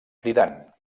cridant